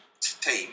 team